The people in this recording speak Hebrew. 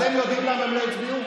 אתם יודעים למה הם לא הצביעו?